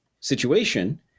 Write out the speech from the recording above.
situation